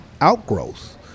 outgrowth